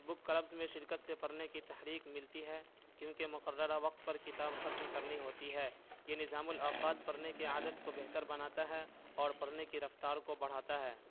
بک clubs میں شرکت سے پڑھنے کی تحریک ملتی ہے کیوںکہ مقررہ وقت پر کتاب ختم کرنی ہوتی ہے یہ نظام الاوقات پڑھنے کی عادت کو بہتر بناتا ہے اور پڑھنے کی رفتار کو بڑھاتا ہے